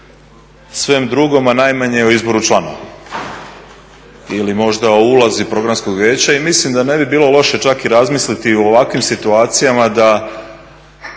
svemu drugom, a najmanje o izboru članova ili možda o ulozi Programskog vijeća. Mi mislim da ne bi bilo loše čak i razmisliti u ovakvim situacijama da